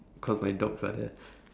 cause my dogs are there